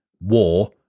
war